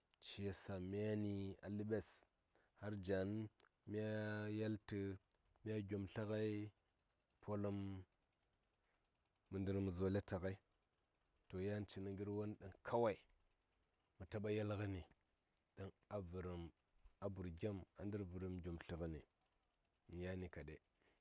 shi ya sa myani a ləɓes har jan mya yeltə mya gyom tlə ngai poləm mə ndərmə zoleti ngai to yan cini ngər won ɗaŋ kawai mə taɓa yel ngəni ɗaŋ a vərəm a burgem ndar vərəm gyomtlə ngəni yani kaɗe.